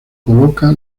coloca